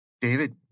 David